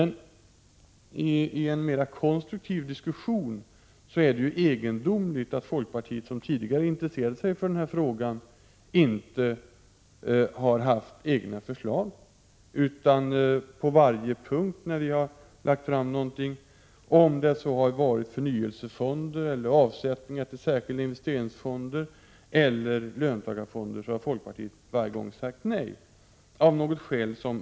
I en mera konstruktiv diskussion är det egendomligt att folkpartiet, som tidigare intresserade sig för denna fråga, inte har kommit med egna förslag. På varje punkt där vi har lagt fram förslag beträffande förnyelsefonder, avsättningar till särskilda investeringsfonder eller löntagarfonder har folkpartiet av någon anledning sagt nej.